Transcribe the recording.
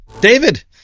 David